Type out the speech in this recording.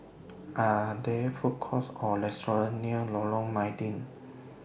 Are There Food Courts Or restaurants near Lorong Mydin